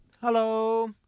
Hello